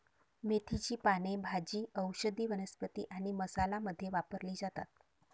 मेथीची पाने भाजी, औषधी वनस्पती आणि मसाला मध्ये वापरली जातात